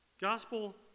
Gospel